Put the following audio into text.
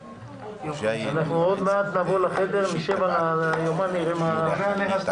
אז אנחנו מודים לך על העבודה שעשית.